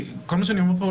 כל מה שאני אומר פה,